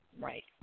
right